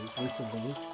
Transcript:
Recently